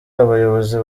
abayobozi